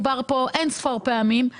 של המאבטחים נוצרו פערים שצריך להשלים.